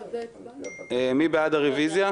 מי בעד הרוויזיה?